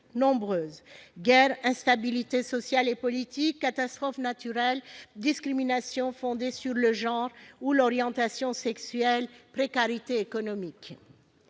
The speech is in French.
multiples : guerre, instabilité sociale et politique, catastrophe naturelle, discrimination fondée sur le genre ou l'orientation sexuelle, précarité économique